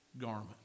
garment